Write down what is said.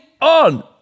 on